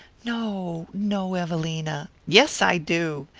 no, no, evelina. yes, i do.